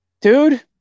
Dude